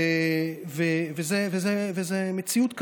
וזאת מציאות קשה.